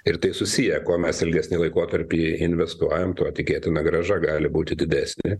ir tai susiję kuo mes ilgesnį laikotarpį investuojam tuo tikėtina grąža gali būti didesnė